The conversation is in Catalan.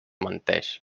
menteix